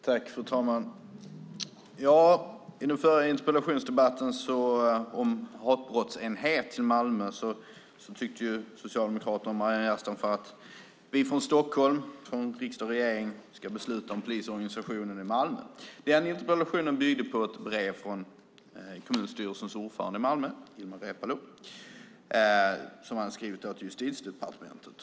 Fru talman! I den förra interpellationsdebatten om en hatbrottsenhet till Malmö tyckte ju socialdemokraten Maryam Yazdanfar att vi i Stockholm, riksdag och regering, ska besluta om polisorganisationen i Malmö. Den interpellationen byggde på ett brev som kommunstyrelsens ordförande i Malmö Ilmar Reepalu hade skrivit till Justitiedepartementet.